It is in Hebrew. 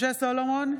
משה סולומון,